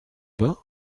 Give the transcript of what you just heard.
vingt